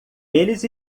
eles